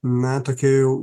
na tokie jau